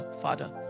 Father